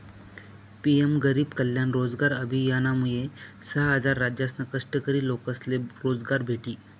PM गरीब कल्याण रोजगार अभियानमुये सहा राज्यसना कष्टकरी लोकेसले रोजगार भेटी